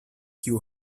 kiu